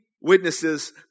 witnesses